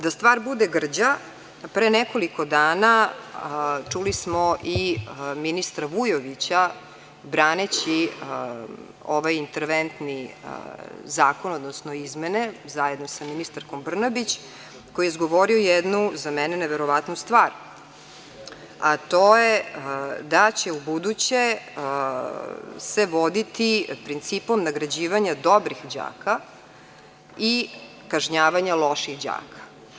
Da stvar bude grđa, pre nekoliko dana, a čuli smo i ministra Vujovića, braneći ovaj interventni zakon, odnosno izmene, zajedno sa ministarkom Brnabić, koji je izgovorio jednu za mene neverovatnu stvar, a to je da će ubuduće se voditi principom nagrađivanja dobrih đaka i kažnjavanja loših đaka.